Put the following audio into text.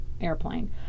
airplane